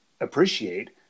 appreciate